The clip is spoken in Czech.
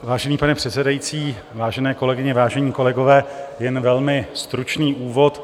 Vážený pane předsedající, vážené kolegyně, vážení kolegové, jen velmi stručný úvod.